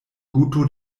guto